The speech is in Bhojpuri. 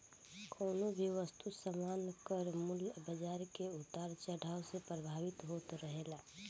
कवनो भी वस्तु सामान कअ मूल्य बाजार के उतार चढ़ाव से प्रभावित होत रहेला